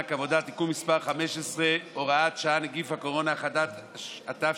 מאותה אחת שהתגלה קלונה ברבים,